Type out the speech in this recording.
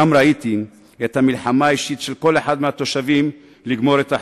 שם ראיתי את המלחמה האישית של כל אחד מהתושבים לגמור את החודש.